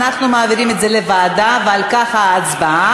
אנחנו מעבירים את זה לוועדה ועל כך ההצבעה.